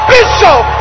Bishop